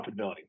profitability